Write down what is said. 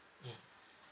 mmhmm